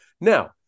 Now